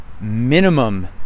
minimum